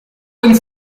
ins